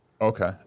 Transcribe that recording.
Okay